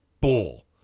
bull